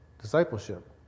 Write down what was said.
discipleship